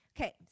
Okay